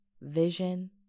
vision